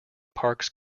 parks